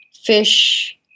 fish